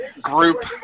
group